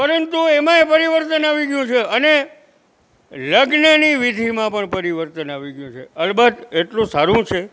પરંતુ એમાંય પરિવર્તન આવી ગયું છે અને લગ્નની વિધિમાં પણ પરિવર્તન આવી ગયું છે અલબત્ત એટલું સારું છે